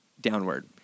downward